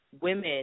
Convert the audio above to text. women